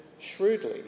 shrewdly